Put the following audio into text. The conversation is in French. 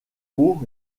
pau